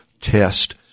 test